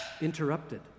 interrupted